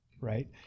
right